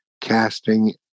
casting